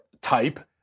type